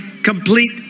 Complete